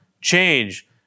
change